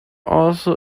also